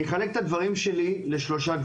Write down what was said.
אחלק את הדברים שלי לשלושה.